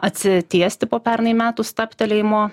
atsitiesti po pernai metų stabtelėjimo